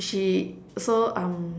she so um